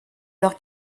leur